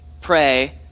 pray